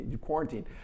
quarantine